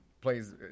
plays